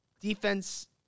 Defense